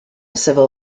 civil